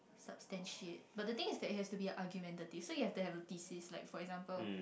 substantiate but the thing is that it has to be a argumentative so you have to have a thesis like for example